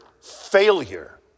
failure